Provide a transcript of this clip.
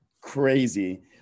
crazy